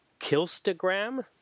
Killstagram